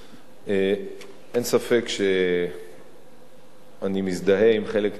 אין ספק שאני מזדהה עם חלק נכבד